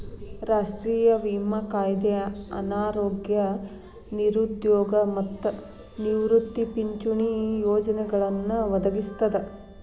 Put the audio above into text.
ರಾಷ್ಟ್ರೇಯ ವಿಮಾ ಕಾಯ್ದೆ ಅನಾರೋಗ್ಯ ನಿರುದ್ಯೋಗ ಮತ್ತ ನಿವೃತ್ತಿ ಪಿಂಚಣಿ ಪ್ರಯೋಜನಗಳನ್ನ ಒದಗಿಸ್ತದ